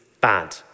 bad